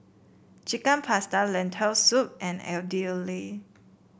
Chicken Pasta Lentil Soup and Idili